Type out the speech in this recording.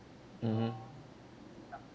mmhmm